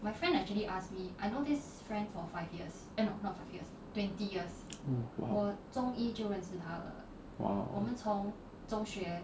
!wow! !wow!